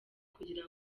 kugira